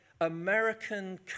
american